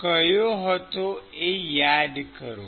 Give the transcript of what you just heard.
કહ્યો હતો એ યાદ કરો